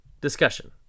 Discussion